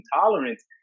tolerance